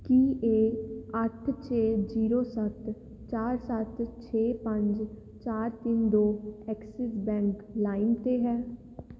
ਕੀ ਇਹ ਅੱਠ ਛੇ ਜ਼ੀਰੋ ਸੱਤ ਚਾਰ ਸੱਤ ਛੇ ਪੰਜ ਚਾਰ ਤਿੰਨ ਦੋ ਐਕਸਿਸ ਬੈਂਕ ਲਾਈਮ 'ਤੇ ਹੈ